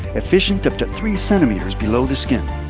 efficient up to three centimeters below the skin.